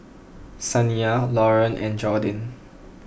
Saniyah Lauren and Jordin